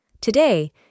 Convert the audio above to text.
Today